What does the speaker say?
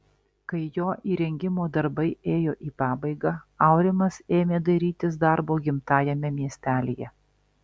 kai jo įrengimo darbai ėjo į pabaigą aurimas ėmė dairytis darbo gimtajame miestelyje